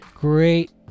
great